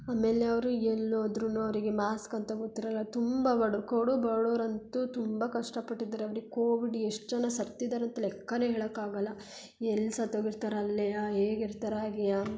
ಆಮೇಲೆ ಅವರು ಎಲ್ಲಿ ಹೋದ್ರುನು ಅವರಿಗೆ ಮಾಸ್ಕ್ ಅಂತ ಗೊತ್ತಿರಲ್ಲ ತುಂಬ ಬಡು ಕಡು ಬಡವ್ರಂತೂ ತುಂಬ ಕಷ್ಟಪಟ್ಟಿದ್ದಾರೆ ಅವ್ರಿಗೆ ಕೋವಿಡ್ ಎಷ್ಟು ಜನ ಸತ್ತಿದಾರೆ ಅಂತ ಲೆಕ್ಕಾನೆ ಹೇಳೋಕ್ಕಾಗಲ್ಲ ಎಲ್ಲಿ ಸತ್ತೋಗಿರ್ತಾರೆ ಅಲ್ಲೇ ಹೇಗಿರ್ತಾರೆ ಹಾಗೆಯೇ